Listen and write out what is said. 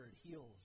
heals